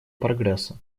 прогресса